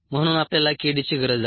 म्हणून आपल्याला k d ची गरज आहे